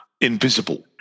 invisible